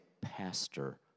Pastor